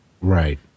Right